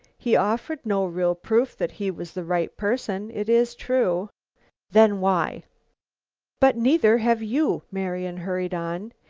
he offered no real proof that he was the right person, it is true then why but neither have you, marian hurried on.